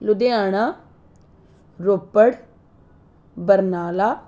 Ludhiana Ropar Barnala